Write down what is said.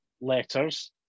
letters